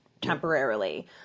temporarily